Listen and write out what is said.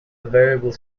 variable